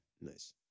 Nice